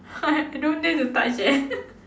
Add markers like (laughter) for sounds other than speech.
(laughs) don't dare to touch eh (laughs)